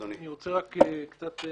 מה ההבדל בין